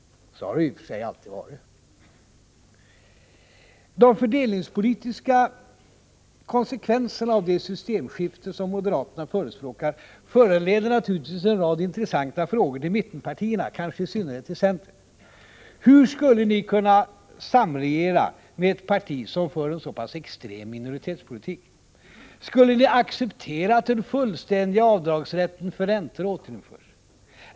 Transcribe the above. Så har det i och för sig alltid varit. De fördelningspolitiska konsekvenserna av det ”systemskifte” som moderaterna förespråkar föranleder naturligtvis en rad intressanta frågor till mittenpartierna — kanske i synnerhet till centern. Hur skulle ni kunna samregera med ett parti som för en så extrem minoritetspolitik? Skulle ni acceptera att rätt till fullständiga avdrag för räntor återinförs?